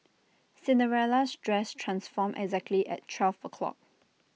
Cinderella's dress transformed exactly at twelve o'clock